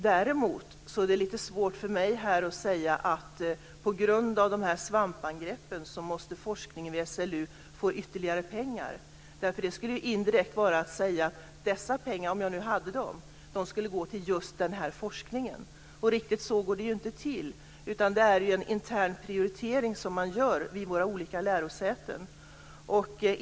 Däremot är det lite svårt för mig att här säga att på grund av svampangreppen måste forskningen vid SLU få ytterligare pengar. Det skulle indirekt vara att dessa pengar - om jag nu hade dem - skulle gå till just den här forskningen. Riktigt så går det inte till. Det är en intern prioritering som man gör vid våra olika lärosäten.